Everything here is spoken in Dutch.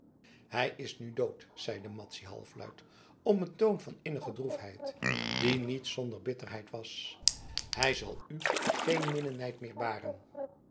hij is nu dood zeide madzy halfluid op een toon van innige droefheid die niet zonder bitterheid was hij zal u geen minnenijd meer baren